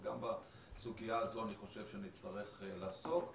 גם בסוגיה הזאת נצטרך לעסוק.